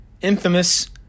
infamous